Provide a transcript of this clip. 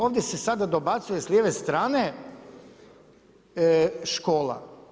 Ovdje se sada dobacije s lijeve strane škola.